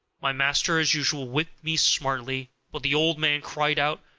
my master as usual whipped me smartly, but the old man cried out,